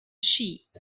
sheep